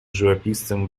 живописцем